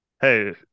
hey